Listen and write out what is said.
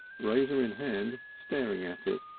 razor in hand, staring at it.